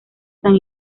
san